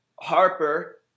Harper